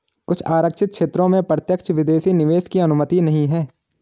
कुछ आरक्षित क्षेत्रों में प्रत्यक्ष विदेशी निवेश की अनुमति नहीं है